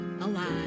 alive